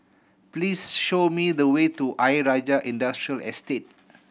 please show me the way to Ayer Rajah Industrial Estate